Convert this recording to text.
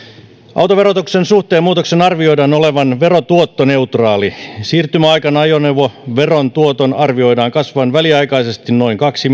autoverotuksen suhteen muutoksen arvioidaan olevan verotuottoneutraali siirtymäaikana ajoneuvoveron tuoton arvioidaan kasvavan väliaikaisesti noin kaksi